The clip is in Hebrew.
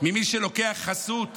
ממי שלוקח חסות